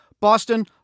Boston